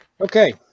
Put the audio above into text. Okay